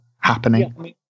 happening